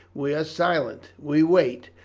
we are silent, we wait,